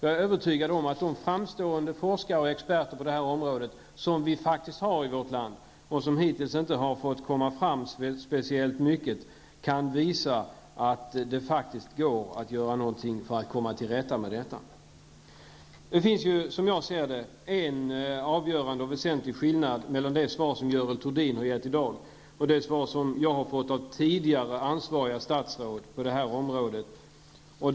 Jag är övertygad om att de framstående forskare och experter på det här området som vi faktiskt har i vårt land och som hittills inte har fått komma fram speciellt mycket kan visa att det verkligen går att göra något för att komma till rätta med dessa förhållanden. Som jag ser saken finns det en avgörande och väsentlig skillnad mellan det svar som Görel Thurdin har gett här i dag och det svar som jag har fått av tidigare på det här området ansvariga statsråd.